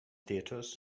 theatres